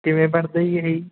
ਕਿਵੇਂ ਪੜ੍ਹਦਾ ਜੀ ਇਹ ਜੀ